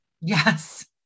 Yes